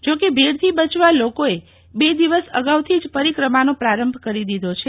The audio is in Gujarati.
જો કે ભીડથી બચવા લોકોએ બે દિવસ અગાઉ જ પરિક્રમાનો પ્રારંભ કરી દીધો છે